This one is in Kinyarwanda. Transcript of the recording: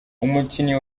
umukinnyi